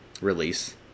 release